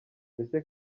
mbese